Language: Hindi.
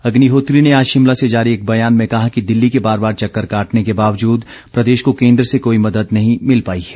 अग्निहोत्री ने आज शिमला से जारी एक बयान में कहा कि दिल्ली के बार बार चक्कर काटने के बावजूद प्रदेश को केन्द्र से कोई मदद नहीं मिल पाई है